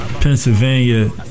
Pennsylvania